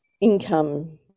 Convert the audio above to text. income